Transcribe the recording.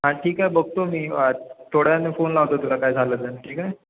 हां ठीक आहे बघतो मी थोड्या वेळाने फोन लावतो तुला काय झालं तर ठीक आहे